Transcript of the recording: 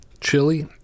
chili